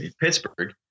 Pittsburgh